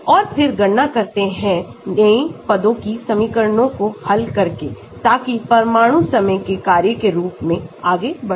और फिर गणनाकरते हैं नए पदों की समीकरणों को हल करके ताकि परमाणु समय के कार्य के रूप में आगे बढ़ें